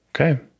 Okay